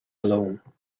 alone